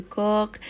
cook